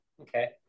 okay